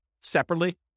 separately